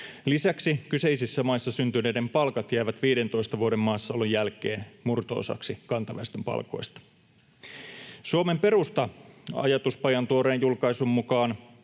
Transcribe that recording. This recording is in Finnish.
Lisäksi kyseisissä maissa syntyneiden palkat jäävät 15 vuoden maassaolon jälkeen murto-osaan kantaväestön palkoista. Suomen Perusta -ajatuspajan tuoreen julkaisun mukaan